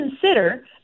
consider